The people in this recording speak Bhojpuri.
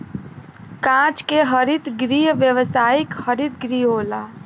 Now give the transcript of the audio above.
कांच के हरित गृह व्यावसायिक हरित गृह होला